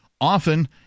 Often